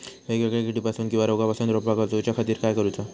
वेगवेगल्या किडीपासून किवा रोगापासून रोपाक वाचउच्या खातीर काय करूचा?